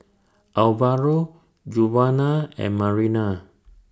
Alvaro Djuana and Marina